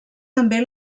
també